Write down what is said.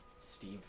Steve